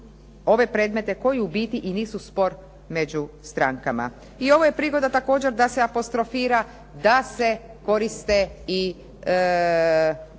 ove predmete koji u biti i nisu spor među strankama. I ovo je prigoda također da se apostrofira da se koriste i